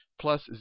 plus